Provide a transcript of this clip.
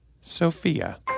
Sophia